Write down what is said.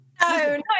No